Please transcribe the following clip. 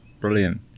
brilliant